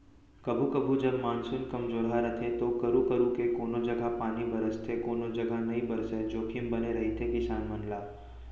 कभू कभू जब मानसून कमजोरहा रथे तो करू करू के कोनों जघा पानी बरसथे कोनो जघा नइ बरसय जोखिम बने रहिथे किसान मन ला